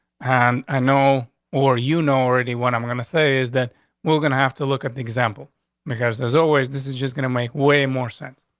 and i know or you know already what i'm gonna say is that we're gonna have to look at the example because there's always this is just gonna make way more sense.